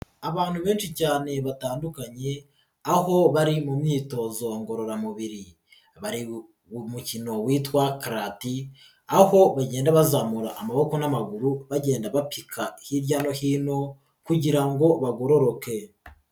Abantu benshi cyane batandukanye, aho bari mu myitozo ngorora mubiri, bari mu mukino witwa karati, aho bagenda bazamura amaboko n'amaguru bagenda bapika, hirya no hino kugira ngo bagororoke.